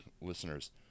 listeners